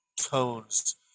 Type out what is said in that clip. tones